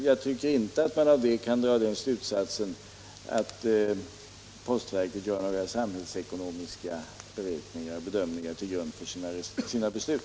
Jag tycker dock inte att man av detta kan dra den slutsatsen att postverket lägger några samhällsekonomiska bedömningar till grund för sina beslut.